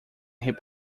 hip